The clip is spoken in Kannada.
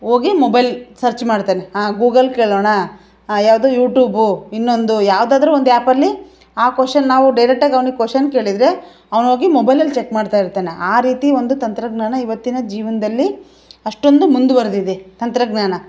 ಹೋಗಿ ಮೊಬೈಲ್ ಸರ್ಚ್ ಮಾಡ್ತಾನೆ ಹಾಂ ಗೂಗಲ್ ಕೇಳೋಣ ಹಾಂ ಯಾವುದು ಯೂಟ್ಯೂಬು ಇನ್ನೊಂದು ಯಾವುದಾದ್ರೂ ಒಂದು ಆ್ಯಪಲ್ಲಿ ಆ ಕ್ವಷನ್ ನಾವು ಡೈರೆಕ್ಟಾಗಿ ಅವ್ನಿಗೆ ಕ್ವಷನ್ ಕೇಳಿದರೆ ಅವ್ನು ಹೋಗಿ ಮೊಬೈಲಲ್ಲಿ ಚೆಕ್ ಮಾಡ್ತಾಯಿರ್ತಾನೆ ಆ ರೀತಿ ಒಂದು ತಂತ್ರಜ್ಞಾನ ಇವತ್ತಿನ ಜೀವನದಲ್ಲಿ ಅಷ್ಟೊಂದು ಮುಂದುವರೆದಿದೆ ತಂತ್ರಜ್ಞಾನ